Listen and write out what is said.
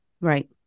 right